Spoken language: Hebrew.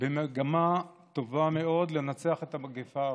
במגמה טובה מאוד לנצח את המגפה הארורה.